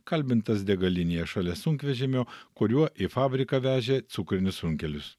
kalbintas degalinėje šalia sunkvežimio kuriuo į fabriką vežė cukrinius runkelius